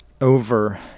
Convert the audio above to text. over